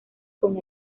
con